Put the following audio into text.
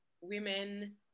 women